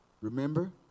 Remember